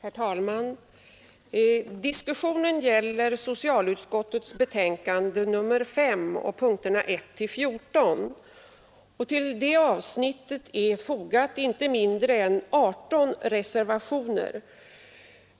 Herr talman! Diskussionen gäller socialutskottets betänkande nr 5, punkterna 1—14, och till det avsnittet är inte mindre än 18 reservationer fogade.